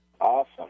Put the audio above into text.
Awesome